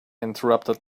interrupted